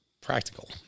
practical